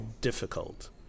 difficult